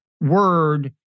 word